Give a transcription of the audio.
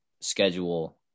schedule